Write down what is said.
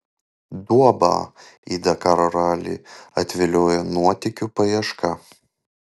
duobą į dakaro ralį atviliojo nuotykių paieška